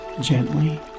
gently